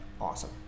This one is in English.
awesome